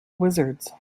wizards